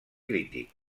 crític